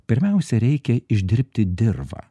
pirmiausia reikia išdirbti dirvą